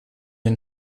den